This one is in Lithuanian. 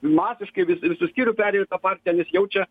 masiškai vis visu skyriu perėjo į tą partiją nes jaučia